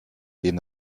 gehen